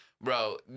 Bro